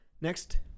Next